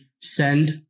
send